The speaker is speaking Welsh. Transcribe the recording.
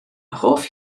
hoff